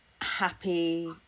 happy